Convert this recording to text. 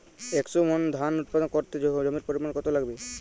একশো মন ধান উৎপাদন করতে জমির পরিমাণ কত লাগবে?